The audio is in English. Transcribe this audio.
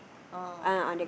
oh